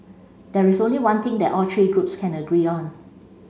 there is only one thing that all three groups can agree on